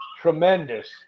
tremendous